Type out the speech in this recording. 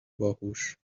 باهوش